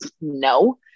no